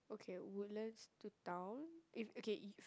okay Woodlands to town if okay if